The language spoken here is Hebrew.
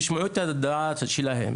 תשמעו את הדעה שלהם,